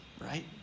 right